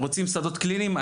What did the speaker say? רוצים שדות קליניים.